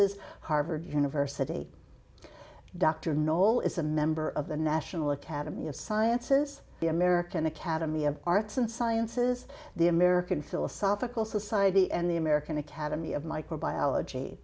s harvard university dr knoll is a member of the national academy of sciences the american academy of arts and sciences the american philosophical society and the american academy of microbiology